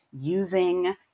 using